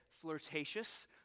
flirtatious